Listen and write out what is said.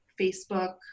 Facebook